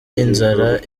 inzara